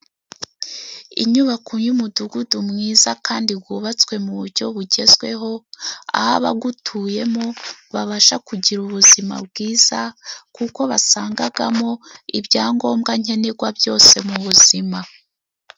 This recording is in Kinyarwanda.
Inyubako y'umudugudu mwiza kandi gubatswe mu buryo bugezweho, aho abagutuyemo babasha kugira ubuzima bwiza, kuko basangagamo ibyangombwa nkenegwa byose mu buzima.